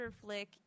flick